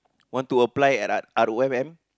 want to apply at R_O_M